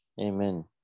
amen